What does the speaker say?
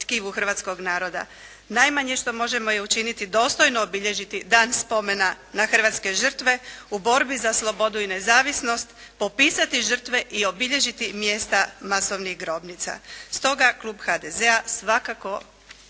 tkivu hrvatskog naroda. Najmanje što možemo je učiniti dostojno obilježiti dan spomena na hrvatske žrtve u borbi za slobodu i nezavisnost popisati žrtve i obilježiti mjesta masovnih grobnica. Stoga, Klub HDZ-a svakako